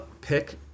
pick